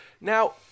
Now